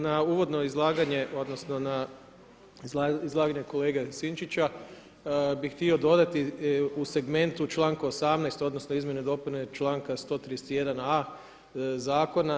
Na uvodno izlaganje odnosno na izlaganje kolege Sinčića bi htio dodati u segmentu u članku 18. odnosno izmjene i dopune članka 131. a zakona.